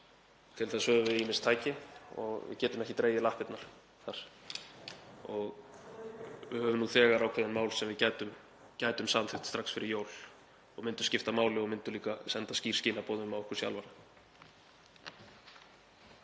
Til þess höfum við ýmis tæki og við getum ekki dregið lappirnar þar. Við höfum nú þegar ákveðin mál sem við gætum samþykkt strax fyrir jól og myndu skipta máli og myndu líka senda skýr skilaboð um að okkur sé alvara.